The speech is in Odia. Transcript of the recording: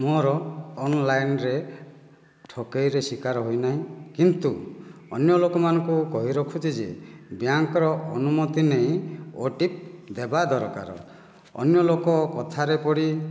ମୋର ଅନଲାଇନ୍ ରେ ଠକେଇର ଶିକାର ହୋଇ ନାହିଁ କିନ୍ତୁ ଅନ୍ୟ ଲୋକମାନଙ୍କୁ କହି ରଖୁଛି ଯେ ବ୍ୟାଙ୍କର ଅନୁମତି ନେଇ ଓଟିପି ଦେବା ଦରକାର ଅନ୍ୟ ଲୋକ କଥାରେ ପଡ଼ି